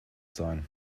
sein